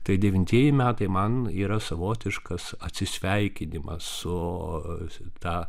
tai devintieji metai man yra savotiškas atsisveikinimas su ta